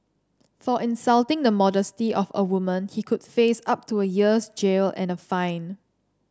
for insulting the modesty of a woman he could face up to a year's jail and a fine